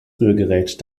rührgerät